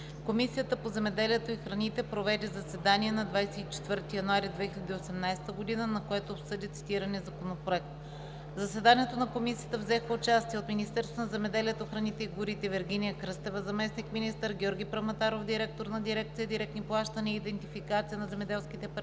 Комисията по земеделието и храните проведе заседание на 24 януари 2018 г., на което обсъди цитирания Законопроект. В заседанието на Комисията взеха участие от Министерството на земеделието, храните и горите: Вергиния Кръстева – заместник-министър, Георги Праматаров – директор на дирекция „Директни плащания и идентификация на земеделските парцели“,